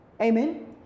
amen